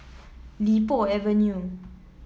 Li Po Avenue